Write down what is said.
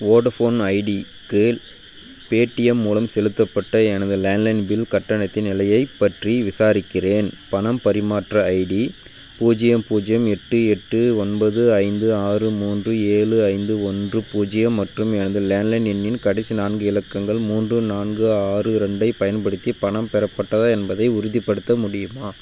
Vodafone ஐடிக்கு Paytm மூலம் செலுத்தப்பட்ட எனது லேண்ட்லைன் பில் கட்டணத்தின் நிலையைப் பற்றி விசாரிக்கிறேன் பணப் பரிமாற்ற ஐடி பூஜ்ஜியம் பூஜ்ஜியம் எட்டு எட்டு ஒன்பது ஐந்து ஆறு மூன்று ஏழு ஐந்து ஒன்று பூஜ்ஜியம் மற்றும் எனது லேண்ட்லைன் எண்ணின் கடைசி நான்கு இலக்கங்கள் மூன்று நான்கு ஆறு ரெண்டைப் பயன்படுத்தி பணம் பெறப்பட்டதா என்பதை உறுதிப்படுத்த முடியுமா